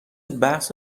بحث